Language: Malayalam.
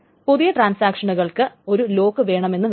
പുതിയ ട്രാൻസാക്ഷനുകൾക്ക് ഒരു ലോക്ക് വേണമെന്ന് വരും